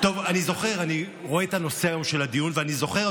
אני רואה את הנושא של הדיון היום ואני זוכר,